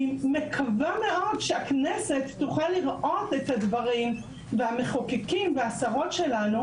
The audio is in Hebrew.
אני מקווה מאוד שהכנסת תוכל לראות את הדברים והמחוקקים והשרות שלנו,